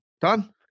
Done